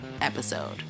Episode